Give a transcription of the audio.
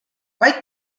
vaid